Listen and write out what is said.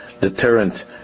deterrent